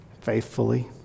faithfully